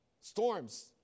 Storms